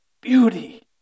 beauty